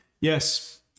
Yes